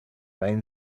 main